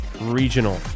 Regional